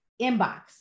Inbox